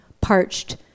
parched